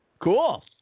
Cool